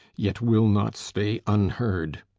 yet will not stay unheard.